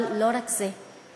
אבל לא רק זה,